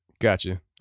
Gotcha